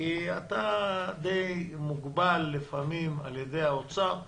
כי אתה די מוגבל לפעמים על ידי משרד האוצר,